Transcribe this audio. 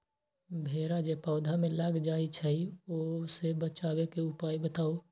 भेरा जे पौधा में लग जाइछई ओ से बचाबे के उपाय बताऊँ?